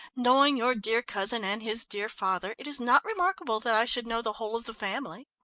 knowing your dear cousin and his dear father, it was not remarkable that i should know the whole of the family,